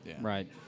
Right